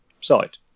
site